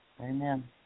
Amen